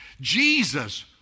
Jesus